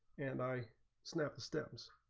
and i snapped stems